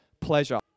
pleasure